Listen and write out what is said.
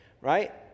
right